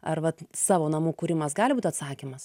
ar vat savo namų kūrimas gali būt atsakymas